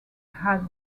had